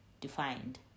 defined